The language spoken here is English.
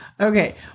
Okay